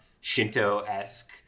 Shinto-esque